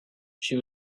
she